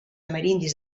amerindis